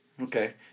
Okay